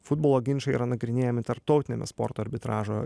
futbolo ginčai yra nagrinėjami tarptautiniame sporto arbitražo